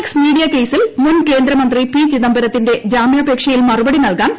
X Media കേസിൽ മുൻകേന്ദ്ര മന്ത്രി ചിദംബരത്തിന്റെ ജാമ്യപേക്ഷയിൽ മറുപടി നൽകാൻ പി